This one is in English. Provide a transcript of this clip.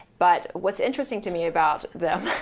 but what's interesting to me about them.